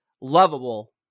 lovable